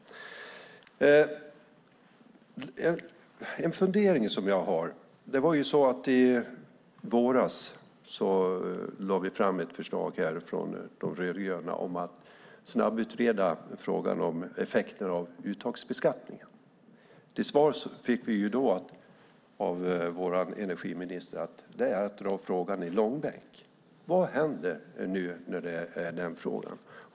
Jag har en fundering. I våras lade vi fram ett förslag från De rödgröna om att snabbutreda frågan om effekter av uttagsbeskattningen. Till svar fick vi då av vår energiminister att det är att dra frågan i långbänk. Vad händer nu i den frågan?